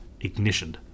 ignitioned